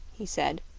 he said,